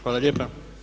Hvala lijepa.